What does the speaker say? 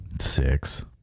Six